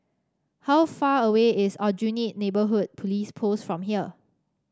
how far away is Aljunied Neighbourhood Police Post from here